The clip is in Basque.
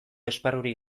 esparrurik